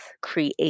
create